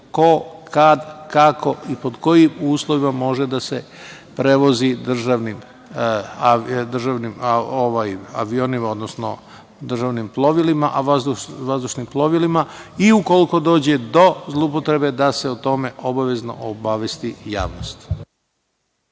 ko, kada, kako i pod kojim uslovima može da se prevozi državnim avionima, odnosno vazdušnim plovilima. Ukoliko dođe do zloupotrebe, da se o tome obavezno obavesti javnost.